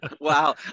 Wow